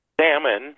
Salmon